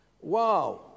Wow